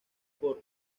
por